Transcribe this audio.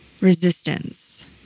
resistance